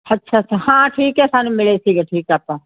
ਅੱਛਾ ਅੱਛਾ ਹਾਂ ਠੀਕ ਹੈ ਸਾਨੂੰ ਮਿਲੇ ਸੀਗੇ ਠੀਕ ਹੈ ਆਪਾਂ